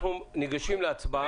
אנחנו ניגשים להצבעה.